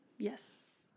Yes